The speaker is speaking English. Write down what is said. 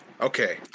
Okay